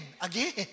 again